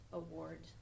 award